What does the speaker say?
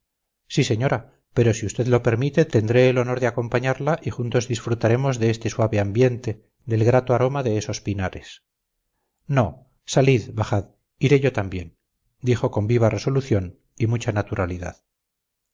sí señora pero si usted lo permite tendré el honor de acompañarla y juntos disfrutaremos de este suave ambiente del grato aroma de esos pinares no salid bajad iré yo también dijo con viva resolución y mucha naturalidad